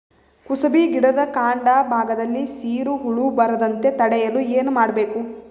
ಕುಸುಬಿ ಗಿಡದ ಕಾಂಡ ಭಾಗದಲ್ಲಿ ಸೀರು ಹುಳು ಬರದಂತೆ ತಡೆಯಲು ಏನ್ ಮಾಡಬೇಕು?